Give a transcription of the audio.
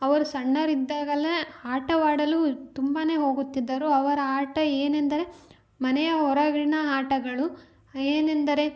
ಅವರು ಸಣ್ಣವರಿದ್ದಾಗಲೇ ಆಟವಾಡಲು ತುಂಬಾ ಹೋಗುತ್ತಿದ್ದರು ಅವರ ಆಟ ಏನೆಂದರೆ ಮನೆಯ ಹೊರಗಿನ ಆಟಗಳು ಏನೆಂದರೆ